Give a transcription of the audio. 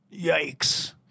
Yikes